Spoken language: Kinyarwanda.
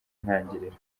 ntangiriro